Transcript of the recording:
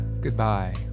Goodbye